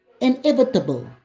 inevitable